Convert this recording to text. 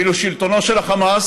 ואילו את שלטונו של החמאס,